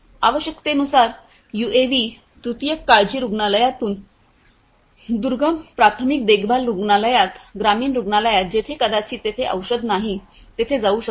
आवश्यकतेनुसार यूएव्ही तृतीयक काळजी रुग्णालयातून दुर्गम प्राथमिक देखभाल रुग्णालयात ग्रामीण रुग्णालयात जेथे कदाचित तेथे औषध नाही तेथे जाऊ शकते